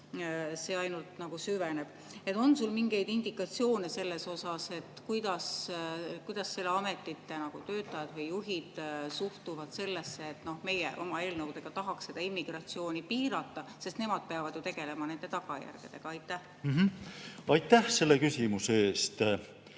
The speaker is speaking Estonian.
see ainult süveneb. On sul mingeid indikatsioone selles osas, kuidas selle ameti töötajad, sealhulgas juhid suhtuvad sellesse, et meie oma eelnõudega tahaks immigratsiooni piirata? Nemad peavad ju tegelema nende tagajärgedega. Aitäh selle küsimuse eest!